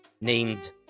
named